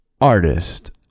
artist